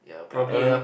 ya Ng